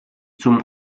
zum